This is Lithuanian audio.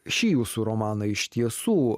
šį jūsų romaną iš tiesų